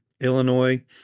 Illinois